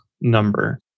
number